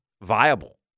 viable